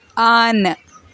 on